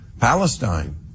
Palestine